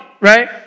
right